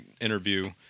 interview –